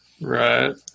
Right